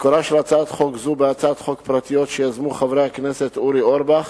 מקורה של הצעת חוק זו בהצעות חוק פרטיות שיזמו חברי הכנסת אורי אורבך